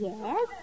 Yes